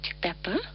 pepper